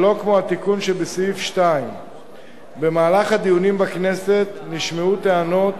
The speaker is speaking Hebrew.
שלא כמו התיקון שבסעיף 2. במהלך הדיונים בכנסת נשמעו טענות